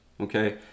Okay